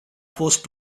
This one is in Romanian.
fost